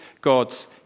God's